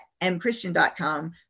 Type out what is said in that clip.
mchristian.com